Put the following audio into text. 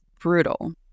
brutal